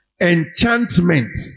Enchantment